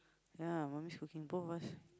ya mummy's cooking both of us